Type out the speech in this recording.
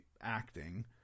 acting